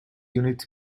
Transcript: unit